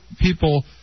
people